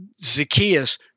Zacchaeus